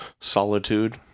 solitude